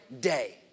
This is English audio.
day